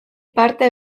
parte